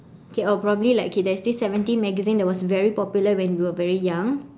okay or probably like okay there's this seventeen magazine that was very popular when we were very young